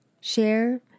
share